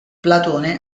platone